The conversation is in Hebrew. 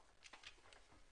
13:15.